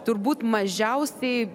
turbūt mažiausiai